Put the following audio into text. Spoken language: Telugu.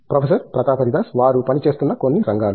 ప్రొఫెసర్ ప్రతాప్ హరిదాస్ వారు పనిచేస్తున్న కొన్ని రంగాలు